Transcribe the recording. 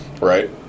Right